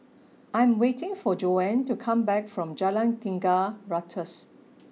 I am waiting for Joanne to come back from Jalan Tiga Ratus